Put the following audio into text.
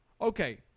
Okay